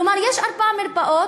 כלומר יש ארבע מרפאות,